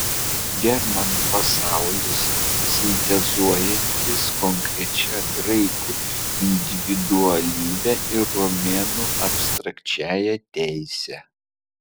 germanų pasaulis sintezuojantis konkrečią graikų individualybę ir romėnų abstrakčiąją teisę